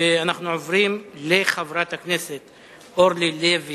ואנחנו עוברים לחברת הכנסת אורלי לוי